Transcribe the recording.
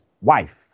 wife